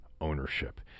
ownership